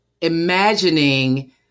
imagining